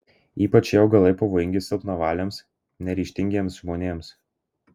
ypač šie augalai pavojingi silpnavaliams neryžtingiems žmonėms